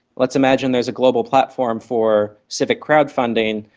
let's imagine there's a global platform for civic crowd-funding.